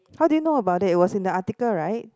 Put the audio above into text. how do you know about it it was in the article right